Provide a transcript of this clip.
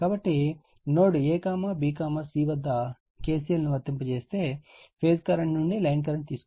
కాబట్టి node ABC వద్ద KCL ను వర్తింపజేసి ఫేజ్ కరెంట్ నుండి లైన్ కరెంట్ తెలుసుకోవచ్చు